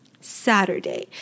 Saturday